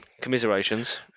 commiserations